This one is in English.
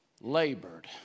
labored